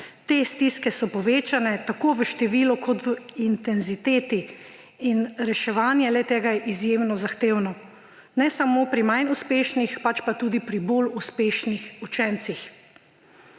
Te stiske so povečane tako v številu kot v intenziteti in reševanje le-tega je izjemno zahtevno. Ne samo pri manj uspešnih, pač pa tudi pri bolj uspešnih učencih.